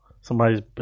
Somebody's